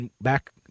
Back